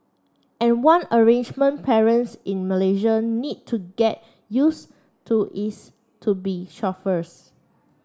and one arrangement parents in Malaysia need to get used to is to be chauffeurs